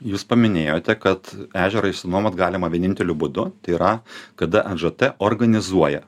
jūs paminėjote kad ežerą išsinuomot galima vieninteliu būdu tai yra kada nžt organizuoja